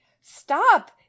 Stop